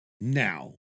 Now